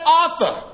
author